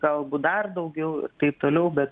galbūt dar daugiau ir taip toliau bet